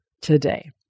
today